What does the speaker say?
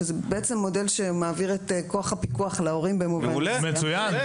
שזה בעצם מודל שמעביר את כוח הפיקוח להורים במובן מסוים --- מצוין.